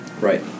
Right